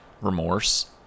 remorse